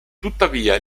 tuttavia